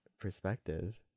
perspective